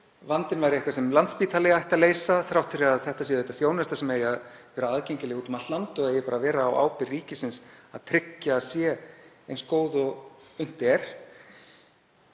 vandinn væri eitthvað sem Landspítalinn ætti að leysa þrátt fyrir að þetta sé þjónusta sem eigi að vera aðgengileg úti um allt land og eigi að vera á ábyrgð ríkisins að tryggja að sé eins góð og